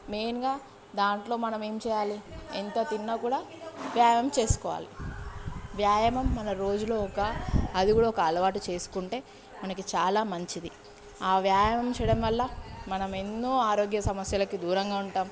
మెయిన్గా దానిలో మనం ఏమి చేయాలి ఎంత తిన్నా కూడా వ్యాయాయం చేసుకోవాలి వ్యాయామం మన రోజులో ఒక అది కూడా ఒక అలవాటు చేసుకుంటే మనకి చాలా మంచిది ఆ వ్యాయామం చేయడం వల్ల మనం ఎన్నో ఆరోగ్య సమస్యలకు దూరంగా ఉంటాం